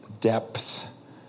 depth